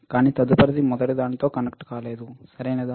కానీ తదుపరిది మొదటిదానితో కనెక్ట్ కాలేదు సరియైనదా